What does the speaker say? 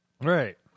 Right